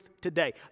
today